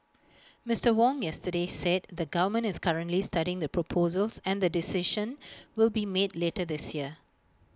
Mister Wong yesterday said the government is currently studying the proposals and A decision will be made later this year